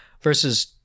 versus